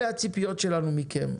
אלה הציפיות שלנו מכם.